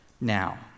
now